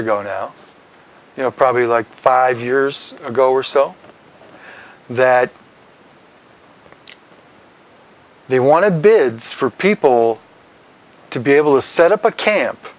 ago now you know probably like five years ago or so that they want to bid for people to be able to set up a camp